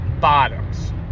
Bottoms